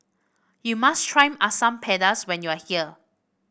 you must try Asam Pedas when you are here